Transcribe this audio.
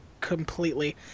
completely